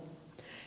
kaksi